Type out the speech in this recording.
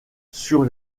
sur